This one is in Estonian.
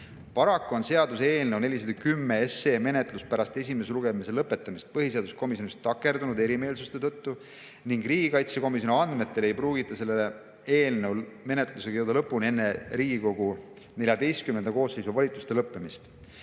Paraku on seaduseelnõu 410 menetlus pärast esimese lugemise lõpetamist põhiseaduskomisjonis takerdunud erimeelsuste tõttu ning riigikaitsekomisjoni andmetel ei pruugita selle eelnõu menetlusega jõuda lõpuni enne Riigikogu XIV koosseisu volituste lõppemist.